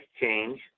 change